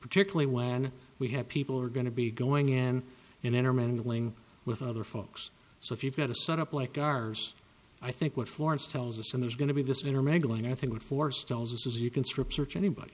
particularly when we have people are going to be going in and intermingling with other folks so if you've got a set up like ours i think what florence tells us and there's going to be this intermingling i think would force tells us is you can strip search anybody